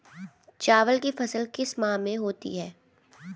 चावल की फसल किस माह में होती है?